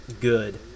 good